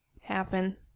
happen